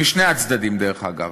משני הצדדים, דרך אגב,